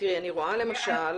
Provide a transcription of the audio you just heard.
אני רואה למשל